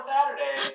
Saturday